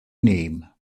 name